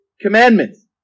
commandments